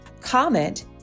comment